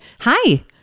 Hi